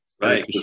Right